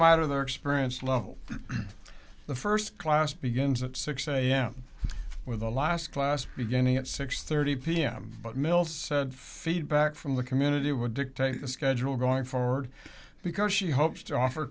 matter their experience level the first class begins at six am with the last class beginning at six thirty pm but mills said feedback from the community would dictate the schedule going forward because she hopes to offer